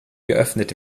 geöffnet